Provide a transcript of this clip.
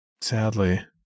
Sadly